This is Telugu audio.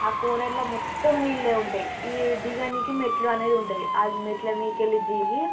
ఆ కోనేరులో మొత్తం నీళ్ళే ఉంటాయి ఈ దిగడానికి మెట్లు అనేది ఉంటుంది ఆ మెట్లమీదకి వెళ్ళి దిగీ